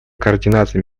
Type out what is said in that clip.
координации